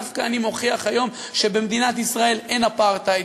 דווקא אני מוכיח היום שבמדינת ישראל אין אפרטהייד,